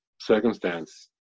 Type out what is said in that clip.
circumstance